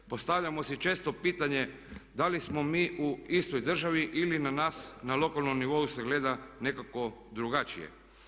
Postavljamo si često pitanje da li smo mi u istoj državi ili na nas na lokalnom nivou se gleda nekako drugačije.